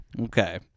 Okay